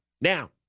Now